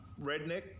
redneck